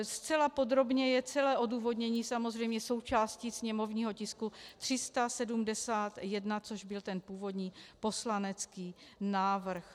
Zcela podrobně je celé odůvodnění samozřejmě součástí sněmovního tisku 371, což byl ten původní poslanecký návrh.